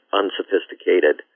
unsophisticated